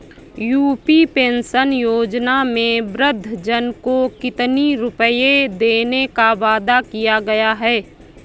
UP pension योजना में वृद्धजन को कितनी रूपये देने का वादा किया गया है?